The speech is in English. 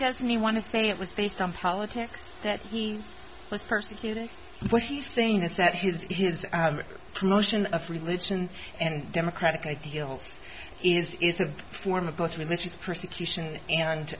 many want to say it was based on politics that he was persecuted and what he's saying is that he is his promotion of religion and democratic ideals is is a form of both religious persecution and